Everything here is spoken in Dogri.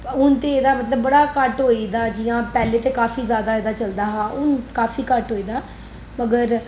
हून ते एह्दा मतलब बड़ा घट्ट होए दा पैह्ले ते काफी ज्यादा एह्दा चलदा हा हून काफी घट्ट होई दा मगर